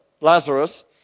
Lazarus